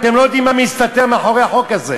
אתם לא יודעים מה מסתתר מאחורי החוק הזה.